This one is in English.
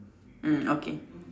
hmm okay